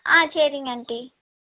ஆ சரிங்க ஆண்ட்டி